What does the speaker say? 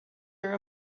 her